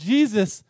Jesus